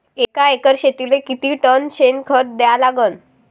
एका एकर शेतीले किती टन शेन खत द्या लागन?